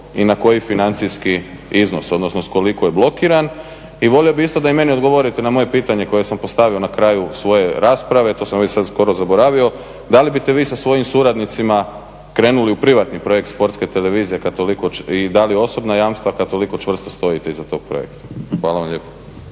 i na koji financijski iznos odnosno s koliko je blokiran? I volio bih isto da i meni odgovorite na moje pitanje koje sam postavio na kraju svoje rasprave, to sam već sad skoro zaboravio, da li biste vi sa svojim suradnicima krenuli u privatni projekt Sportske televizije i dali osobna jamstva kad toliko čvrsto stojite iza tog projekta? Hvala vam lijepo.